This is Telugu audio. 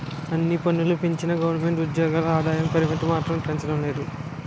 అన్ని పన్నులూ పెంచిన గవరమెంటు ఉజ్జోగుల ఆదాయ పరిమితి మాత్రం పెంచడం లేదు